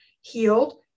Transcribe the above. healed